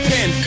Pin